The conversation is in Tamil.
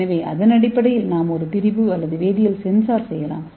எனவே அதன் அடிப்படையில் நாம் ஒரு திரிபு அல்லது வேதியியல் சென்சார் செய்யலாம்